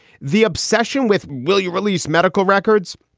the obsession with will you release medical records?